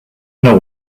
know